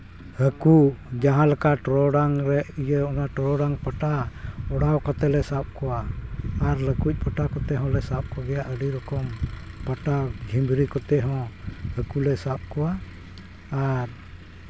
ᱦᱟᱹᱠᱩ ᱡᱟᱦᱟᱸ ᱞᱮᱠᱟ ᱴᱚᱨᱚᱰᱟᱝ ᱨᱮ ᱤᱭᱟᱹ ᱚᱱᱟ ᱴᱚᱨᱚᱰᱟᱝ ᱯᱟᱴᱟ ᱚᱰᱟᱣ ᱠᱟᱛᱮᱞᱮ ᱥᱟᱵ ᱠᱚᱣᱟ ᱟᱨ ᱞᱟᱹᱴᱩ ᱯᱟᱴᱟ ᱠᱚᱛᱮ ᱦᱚᱞᱮ ᱥᱟᱵ ᱠᱚᱜᱮᱭᱟ ᱟᱹᱰᱤ ᱨᱚᱠᱚᱢ ᱯᱟᱴᱟ ᱡᱷᱤᱢᱨᱤ ᱠᱚᱛᱮᱦᱚᱸ ᱦᱟᱹᱠᱩᱞᱮ ᱥᱟᱵ ᱠᱚᱣᱟ ᱟᱨ